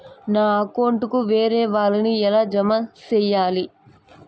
నా అకౌంట్ కు వేరే వాళ్ళ ని ఎలా జామ సేయాలి?